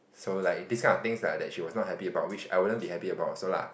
so like this kind of things lah that she was not happy about which I wouldn't be happy about also lah